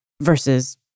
versus